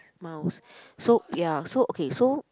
mouse so ya so okay so